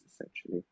essentially